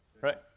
Right